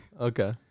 Okay